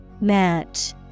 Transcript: Match